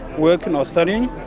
work and or study,